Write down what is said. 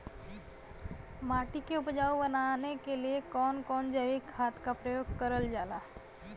माटी के उपजाऊ बनाने के लिए कौन कौन जैविक खाद का प्रयोग करल जाला?